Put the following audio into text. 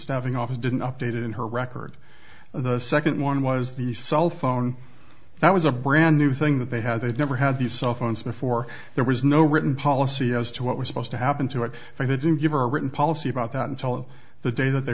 staffing office didn't updated in her record the second one was the cell phone that was a brand new thing that they had they've never had these cell phones before there was no written policy as to what was supposed to happen to it and they didn't give a written policy about that until the day that they